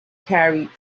carried